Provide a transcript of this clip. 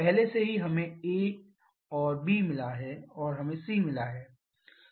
पहले से ही हमें a और b मिला है और हमें c भी मिला है